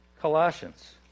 Colossians